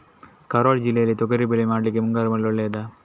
ಕರಾವಳಿ ಜಿಲ್ಲೆಯಲ್ಲಿ ತೊಗರಿಬೇಳೆ ಮಾಡ್ಲಿಕ್ಕೆ ಮುಂಗಾರು ಮಳೆ ಒಳ್ಳೆಯದ?